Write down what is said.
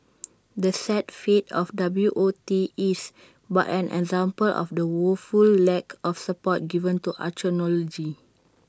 the sad fate of W O T is but an example of the woeful lack of support given to archaeology